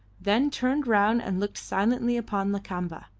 then turned round and looked silently upon lakamba.